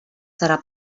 serà